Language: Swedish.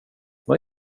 vad